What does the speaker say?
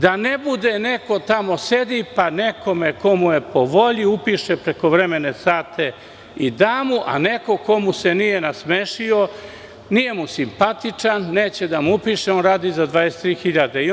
Da nemamo situaciju da neko nekome ko mu je po volji upiše prekovremene sate i da mu, a neko ko mu se nije nasmešio, nije mu simpatičan, neće da mu upiše i on radi za 23 hiljade.